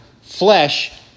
flesh